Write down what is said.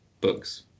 books